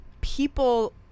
people